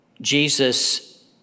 Jesus